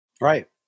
Right